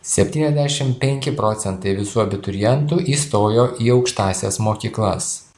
septyniasdešim penki procentai visų abiturientų įstojo į aukštąsias mokyklas